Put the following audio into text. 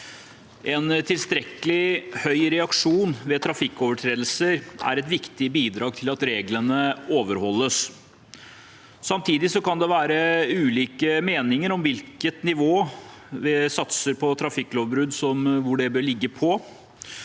En tilstrekkelig høy reaksjon ved trafikkovertredelser er et viktig bidrag til at reglene overholdes. Samtidig kan det være ulike meninger om hvilket nivå satser for trafikklovbrudd bør ligge på.